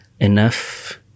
enough